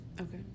okay